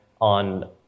on